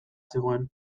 zegoen